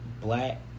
black